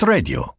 Radio